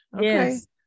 Yes